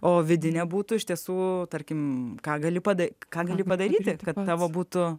o vidinė būtų iš tiesų tarkim ką galiu padaryti ką galiu padaryti kad tavo būtų